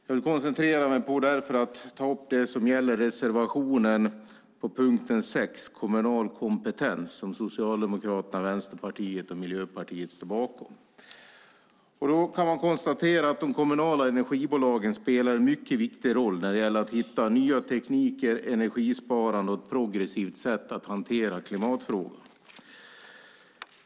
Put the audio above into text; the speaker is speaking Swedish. Jag vill därför koncentrera mig på reservationen under punkt 6, kommunal kompetens, som Socialdemokraterna, Vänsterpartiet och Miljöpartiet står bakom. De kommunala energibolagen spelar en mycket viktig roll när det gäller att hitta nya tekniker, energisparande och ett progressivt sätt att hantera klimatfrågorna.